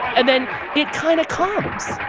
and then he kind of claps